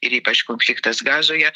ir ypač konfliktas gazoje